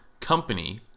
company